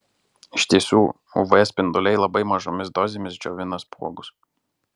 iš tiesų uv spinduliai labai mažomis dozėmis džiovina spuogus